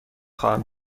خواهم